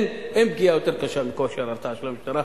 אין פגיעה יותר קשה בכושר ההרתעה של המשטרה